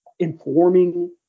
informing